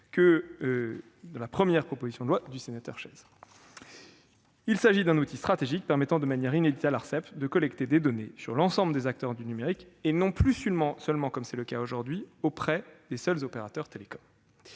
dans la première proposition de loi du sénateur Chaize. Il s'agit d'un outil stratégique permettant, de manière inédite, à l'Arcep de collecter des données sur l'ensemble des acteurs du numérique et non plus seulement, comme c'est le cas aujourd'hui, auprès des seuls opérateurs télécoms.